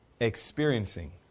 experiencing